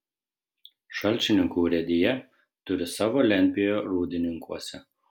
šalčininkų urėdija turi savo lentpjūvę rūdininkuose